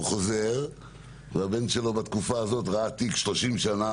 הוא חוזר והבן שלו בתקופה הזאת ראה תיק של 30 שנה,